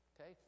Okay